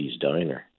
diner